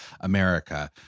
America